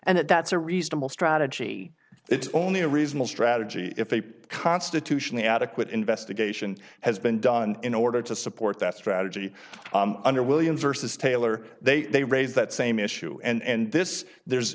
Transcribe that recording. and that's a reasonable strategy it's only a reasonable strategy if a constitutionally adequate investigation has been done in order to support that strategy under william versus taylor they they raise that same issue and this there's